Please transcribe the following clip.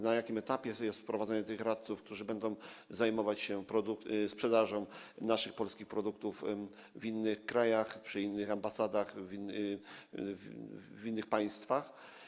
Na jakim etapie jest wprowadzenie tych radców, którzy będą zajmować się sprzedażą naszych polskich produktów w innych krajach, przy innych ambasadach, w innych państwach?